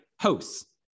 Hosts